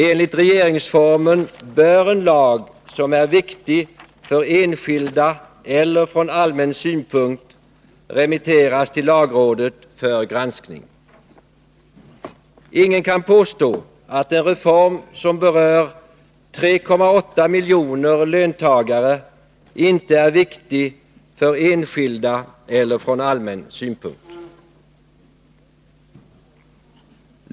Enligt regeringsformen bör en lag, som är viktig för enskilda eller från allmän synpunkt, remitteras till lagrådet för granskning. Ingen kan påstå att en reform som berör 3,8 miljoner löntagare inte är viktig för enskilda eller från allmän synpunkt.